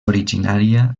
originària